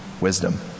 wisdom